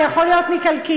זה יכול להיות מקלקיליה,